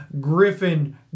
Griffin